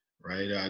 right